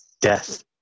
death